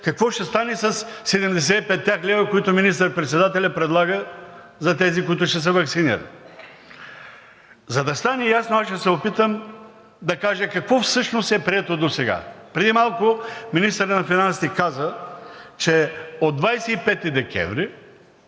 какво ще стане със 75-те лв., които министър-председателят предлага за тези, които ще се ваксинират? За да стане ясно, аз ще се опитам да кажа какво всъщност е прието досега? Преди малко министърът на финансите каза, че от 25 декември